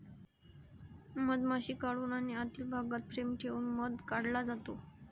मधमाशी काढून आणि आतील भागात फ्रेम ठेवून मध काढला जातो